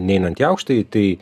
neinant į aukštąjį tai